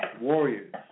warriors